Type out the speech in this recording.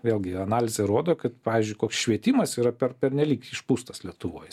vėlgi analizė rodo kad pavyzdžiui koks švietimas yra per pernelyg išpūstas lietuvoj